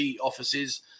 offices